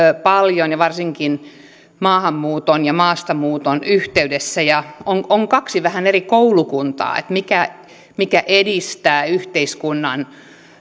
paljon ja varsinkin maahanmuuton ja maastamuuton yhteydessä ja on on kaksi vähän eri koulukuntaa siinä mikä edistää yhteiskunnan